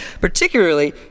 particularly